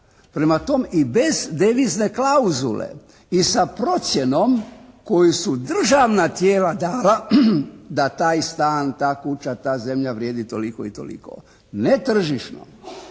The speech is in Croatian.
rata i bez devizne klauzule i sa procjenom koju su državna tijela dala da taj stan, ta kuća, ta zemlja vrijedi toliko i toliko. Ne tržišno